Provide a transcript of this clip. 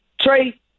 Trey